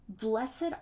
Blessed